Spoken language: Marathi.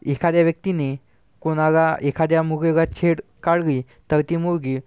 एखाद्या व्यक्तीने कोणाला एखाद्या मुगीगा छेड काढली तर ती मुलगी